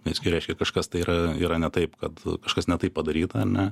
nes gi reiškia kažkas tai yra yra ne taip kad kažkas ne taip padaryta ar ne